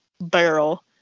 barrel